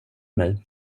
mig